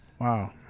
Wow